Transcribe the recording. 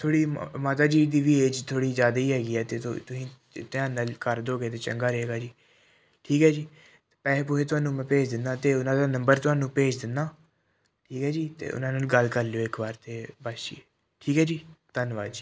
ਥੋੜ੍ਹੀ ਮ ਮਾਤਾ ਜੀ ਦੀ ਵੀ ਏਜ ਥੋੜ੍ਹੀ ਜ਼ਿਆਦਾ ਹੀ ਹੈਗੀ ਹੈ ਤਾਂ ਤੁਸੀਂ ਧਿਆਨ ਨਾਲ ਕਰ ਦੋਗੇ ਤਾਂ ਚੰਗਾ ਰਹੇਗਾ ਜੀ ਠੀਕ ਹੈ ਜੀ ਪੈਸੇ ਪੁਸੇ ਮੈਂ ਤੁਹਾਨੂੰ ਭੇਜ ਦਿੰਦਾ ਅਤੇ ਉਨ੍ਹਾਂ ਦਾ ਨੰਬਰ ਤੁਹਾਨੂੰ ਭੇਜ ਦਿੰਦਾ ਠੀਕ ਹੈ ਜੀ ਅਤੇ ਉਨ੍ਹਾਂ ਨਾਲ ਗੱਲ ਕਰ ਲਿਓ ਇੱਕ ਵਾਰ ਅਤੇ ਬਸ ਜੀ ਠੀਕ ਹੈ ਜੀ ਧੰਨਵਾਦ ਜੀ